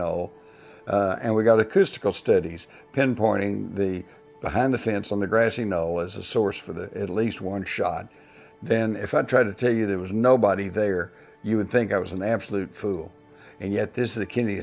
knoll and we got acoustical studies pinpointing the behind the fence on the grassy knoll as a source for the at least one shot then if i try to tell you there was nobody there you would think i was an absolute fool and yet this is a kidney